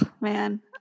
man